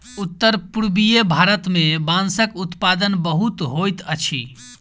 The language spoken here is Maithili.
उत्तर पूर्वीय भारत मे बांसक उत्पादन बहुत होइत अछि